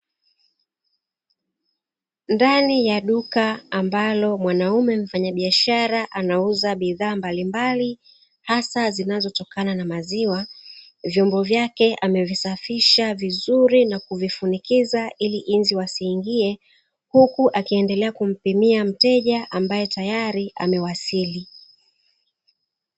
Ndani ya duka ambalo mwanamume mfanyabiashara anauza bidhaa mbalimbali hasa zinazotokana na maziwa, vyombo vyake amevisafisha vizuri na kuvifunikiza, ili inzi wasiingie huku akiendelea kumpimia mteja ambaye tayari amewasili.